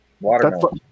watermelon